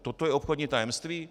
Toto je obchodní tajemství?